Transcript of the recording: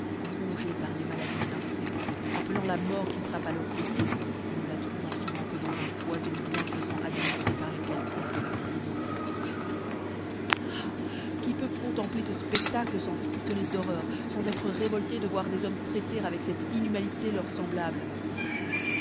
rongés par des maladies infedes appelisnt la mort qui frappe à leurs côtés ne la trouvant fouvent que dans un poifon bienfaifant adîtfiniftré par les calculs de la cupidité i ah qui peut contempler cefpeacle fans frifïbnner d'horreur fans être révolté de voir i voyez la